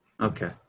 okay